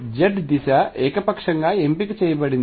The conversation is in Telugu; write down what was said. Z దిశ ఏకపక్షంగా ఎంపిక చేయబడింది